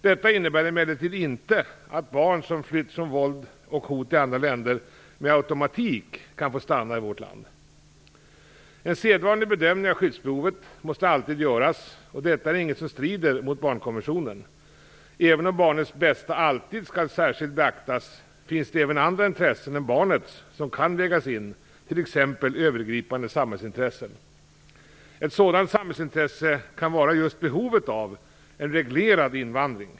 Detta innebär emellertid inte att barn som flytt från våld och hot i andra länder med automatik kan få stanna i vårt land. En sedvanlig bedömning av skyddsbehovet måste alltid göras, och detta är inget som strider mot barnkonventionen. Även om barnets bästa alltid skall särskilt beaktas finns det även andra intressen än barnets som kan vägas in, t.ex. övergripande samhällsintressen. Ett sådant samhällsintresse kan vara just behovet av en reglerad invandring.